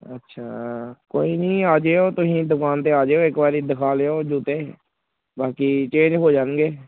ਅੱਛਾ ਕੋਈ ਨਹੀਂ ਆ ਜਾਇਓ ਤੁਸੀਂ ਦੁਕਾਨ 'ਤੇ ਆ ਜਿਓ ਇੱਕ ਵਾਰੀ ਦਿਖਾ ਲਿਓ ਜੁੱਤੇ ਬਾਕੀ ਚੇਂਜ ਹੋ ਜਾਣਗੇ